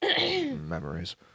memories